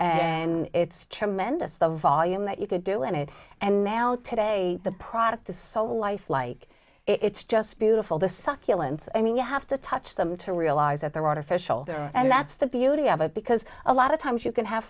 and it's tremendous the volume that you could do in it and now today the product is so lifelike it's just beautiful the succulents i mean you have to touch them to realize that they're artificial and that's the beauty of it because a lot of times you can have